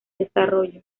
desarrollo